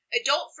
Adult